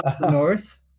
north